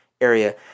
area